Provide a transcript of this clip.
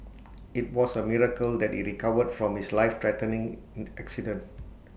IT was A miracle that he recovered from his lifethreatening in accident